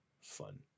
fun